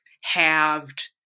halved